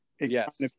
yes